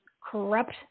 corrupt